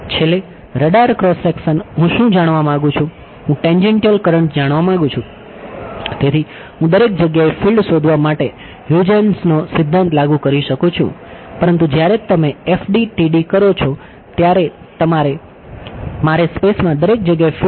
છેલ્લે રડાર સાથે શું છે તે બહાર કાઢો